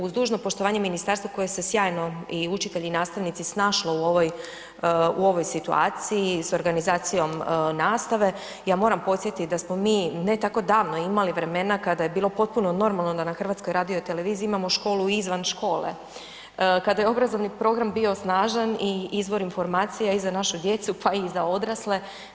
Uz dužno poštovanje ministarstvu koje se sjajno i učitelji i nastavnici snašlo u ovoj situaciji s organizacijom nastave, ja moram podsjetiti da smo mi ne tako davno imali vremena kada je bilo potpuno normalno da na HRT-u imamo školu i izvan škole, kada je obrazovni program bio snažan i izvor informacija i za našu djecu pa i za odrasle.